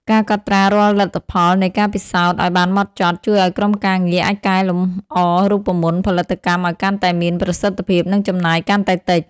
ការកត់ត្រារាល់លទ្ធផលនៃការពិសោធន៍ឱ្យបានហ្មត់ចត់ ជួយឱ្យក្រុមការងារអាចកែលម្អរូបមន្តផលិតកម្មឱ្យកាន់តែមានប្រសិទ្ធភាព និងចំណាយកាន់តែតិច។